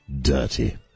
dirty